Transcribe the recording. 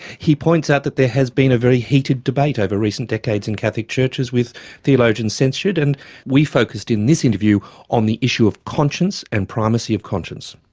he points out that there has been a very heated debate over recent decades in catholic churches with theologians censured and we focused in this interview on the issue of conscience and primacy of conscience.